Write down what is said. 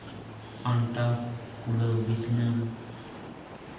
ᱟᱱᱴᱟᱣ ᱠᱩᱲᱟᱹᱣ ᱵᱤᱪᱷᱱᱟᱹᱣ